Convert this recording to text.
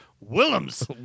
Willems